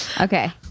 Okay